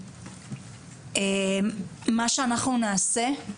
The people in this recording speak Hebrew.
מה שאנחנו נעשה,